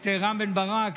את רם בן ברק,